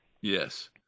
Yes